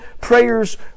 prayers